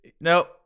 No